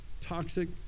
toxic